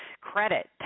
credit